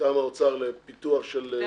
מטעם האוצר לפיתוח של ---?